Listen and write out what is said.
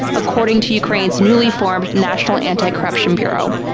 according to ukraine's newly-formed national anti-corruption bureau.